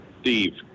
Steve